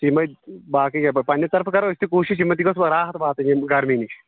یِمٕے باقٕے گٔیہِ پَتہٕ پننہِ طرفہٕ کرو أسۍ تہِ کوٗشِش یِمن تہِ گٔژھ راحت واتٕنۍ ییٚمہِ گرمی نِش